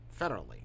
Federally